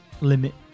limit